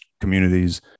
communities